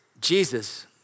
Jesus